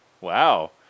Wow